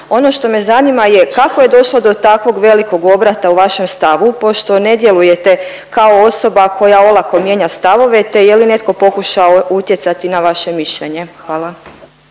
Ono što me zanima je, kako je došlo do takvog velikog obrata u vašem stavu pošto ne djelujete kao osoba koja olako mijenja stavove te je li netko pokušao utjecati na vaše mišljenje? Hvala.